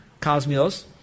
cosmios